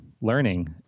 learning